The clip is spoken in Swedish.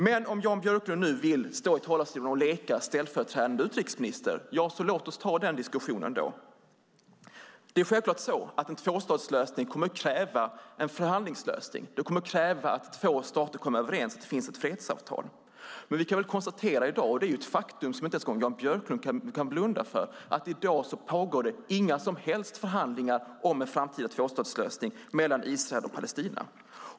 Men om Jan Björklund vill stå i talarstolen och leka ställföreträdande utrikesminister - ja, låt oss ta den diskussionen. En tvåstatslösning kommer självklart att kräva en förhandlingslösning. Den kommer att kräva att två stater kommer överens och att det finns ett fredsavtal. Vi kan konstatera - och det är ett faktum som inte ens Jan Björklund kan blunda för - att det i dag inte pågår några som helst förhandlingar om en framtida tvåstatslösning mellan Israel och Palestina.